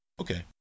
Okay